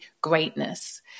greatness